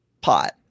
pot